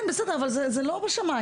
כן, בסדר, זה לא בשמיים.